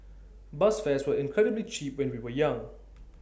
bus fares were incredibly cheap when we were young